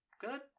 good